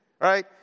right